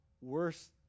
worse